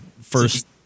first